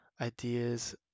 ideas